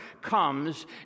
comes